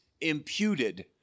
imputed